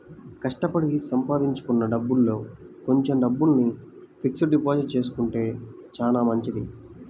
కష్టపడి సంపాదించుకున్న డబ్బుల్లో కొంచెం డబ్బుల్ని ఫిక్స్డ్ డిపాజిట్ చేసుకుంటే చానా మంచిది